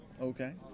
okay